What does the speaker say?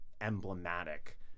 emblematic